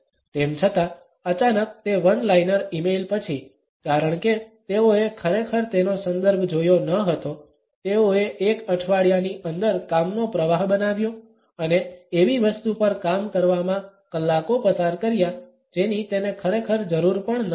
તેમ છતાં અચાનક તે વન લાઇનર ઇમેઇલ પછી કારણ કે તેઓએ ખરેખર તેનો સંદર્ભ જોયો ન હતો તેઓએ એક અઠવાડિયાની અંદર કામનો પ્રવાહ બનાવ્યો અને એવી વસ્તુ પર કામ કરવામાં કલાકો પસાર કર્યા જેની તેને ખરેખર જરૂર પણ ન હતી